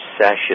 session